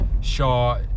Shaw